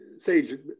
Sage